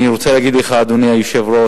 אני רוצה להגיד לך, אדוני היושב-ראש,